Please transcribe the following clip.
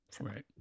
Right